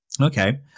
Okay